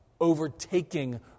overtaking